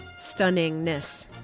stunningness